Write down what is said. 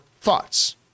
thoughts